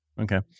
Okay